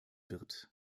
wird